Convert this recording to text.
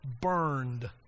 Burned